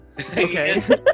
Okay